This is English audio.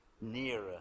nearer